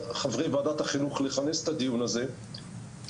חברי ועדת החינוך לכנס את הדיון הזה כי